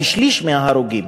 כשליש מההרוגים,